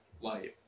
life